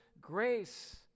grace